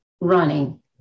running